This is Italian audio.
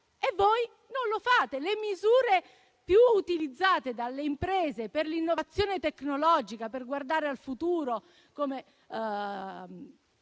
ma voi non lo fate. Le misure più utilizzate dalle imprese per l'innovazione tecnologica e per guardare al futuro, come